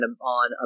on